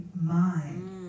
mind